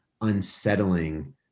unsettling